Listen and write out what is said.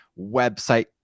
website